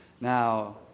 now